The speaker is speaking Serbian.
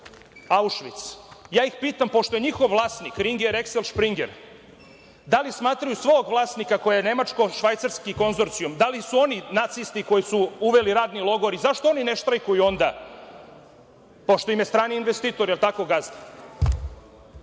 Aušvic, ja ih pitam, pošto je njihov vlasnik „Ringier Axel Springer“, da li smatraju svog vlasnika koji je nemačko-švajcarski konzorcijum, da li su oni nacisti koji su uveli radni logor i zašto oni ne štrajkuju onda, pošto im je strani investitor gazda? Na